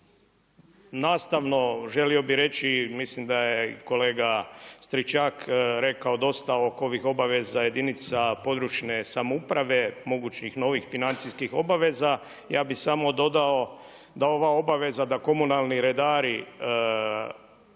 Nastavno želio bih reći mislim da je i kolega Stričak rekao dosta oko ovih obaveza jedinica područne samouprave, mogućih novih financijskih obaveza. Ja bih samo dodao da ova obaveza da komunalni redari izvještavaju,